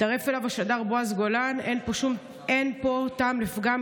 הצטרף אליו השדר בועז גולן: אין פה טעם לפגם,